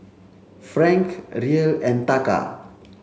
Franc Riel and Taka